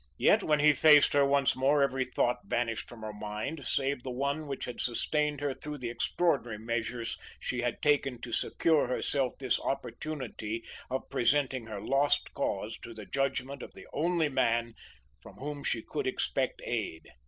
yet when he faced her once more every thought vanished from her mind save the one which had sustained her through the extraordinary measures she had taken to secure herself this opportunity of presenting her lost cause to the judgment of the only man from whom she could expect aid.